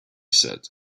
said